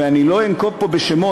ואני לא אנקוב פה בשמות,